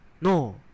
No